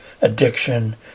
addiction